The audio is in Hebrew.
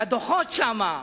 והדוחות שם,